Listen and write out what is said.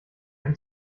geht